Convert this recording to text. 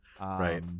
Right